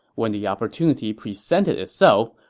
when the opportunity presented itself,